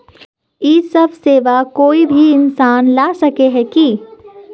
इ सब सेवा कोई भी इंसान ला सके है की?